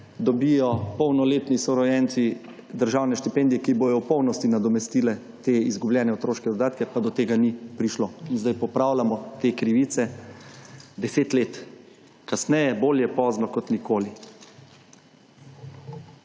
dobijo polnoletni sorojenci državne štipendije, ki bojo v polnosti nadomestile te izgubljene otroške dodatke, pa do tega ni prišlo. In zdaj popravljamo te krivice, deset let kasneje, bolje pozno kot nikoli.